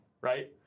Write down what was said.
right